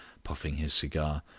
puffing his cigar,